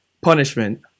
punishment